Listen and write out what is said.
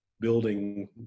building